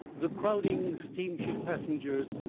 the crowding steamship passengers,